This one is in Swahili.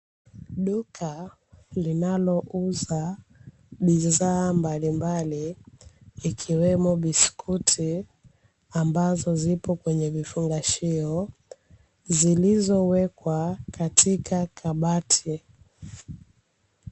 Duka linalouza bidhaa mbalimbali ikiwemo biskuti ambazo zipo kwenye vifungashio zilizowekwa katika kabati.